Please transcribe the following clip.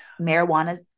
marijuana